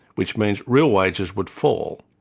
which means real wages would fall.